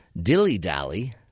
dilly-dally